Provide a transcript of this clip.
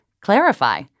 Clarify